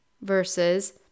versus